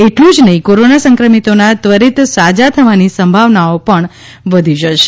એટલુ જ નહી કોરોના સંક્રમિતોના ત્વરીત સાજા થવાની સંભાવનાઓ પણ વધી જશે